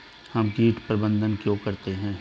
हम कीट प्रबंधन क्यों करते हैं?